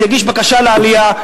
יגיש בקשה לעלייה,